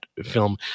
film